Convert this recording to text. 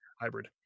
hybrid